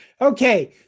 okay